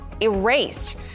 erased